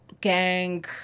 gang